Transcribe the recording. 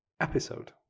episode